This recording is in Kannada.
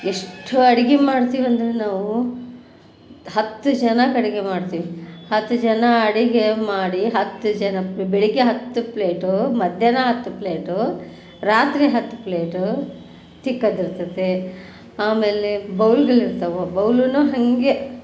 ಎಷ್ಟು ಅಡ್ಗೆ ಮಾಡ್ತೀವೆಂದರೆ ನಾವು ಹತ್ತು ಜನಕ್ಕೆ ಅಡುಗೆ ಮಾಡ್ತೀವಿ ಹತ್ತು ಜನ ಅಡುಗೆ ಮಾಡಿ ಹತ್ತು ಜನ ಬೆಳಗ್ಗೆ ಹತ್ತು ಪ್ಲೇಟು ಮದ್ಯಾಹ್ನ ಹತ್ತು ಪ್ಲೇಟು ರಾತ್ರಿ ಹತ್ತು ಪ್ಲೇಟು ತಿಕ್ಕೋದಿರ್ತೈತೆ ಆಮೇಲೆ ಬೌಲ್ಗಳು ಇರ್ತವೆ ಬೌಲೂ ಹಾಗೆ